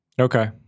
Okay